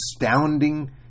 astounding